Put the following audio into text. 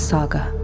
Saga